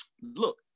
look